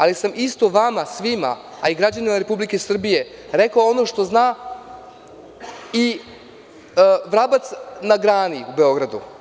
Ali sam isto vama svima, a i građanima Republike Srbije rekao ono što zna i vrabac na grani u Beogradu.